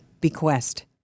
bequest